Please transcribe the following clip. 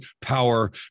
power